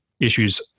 issues